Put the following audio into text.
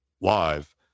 live